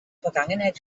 vergangenheit